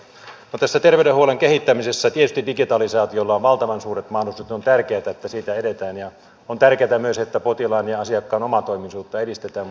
no tässä terveydenhuollon kehittämisessä tietysti digitalisaatiolla on valtavan suuret mahdollisuudet ja on tärkeätä että siitä edetään ja on tärkeätä myös että potilaan ja asiakkaan omatoimisuutta edistetään